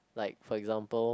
like for example